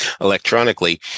electronically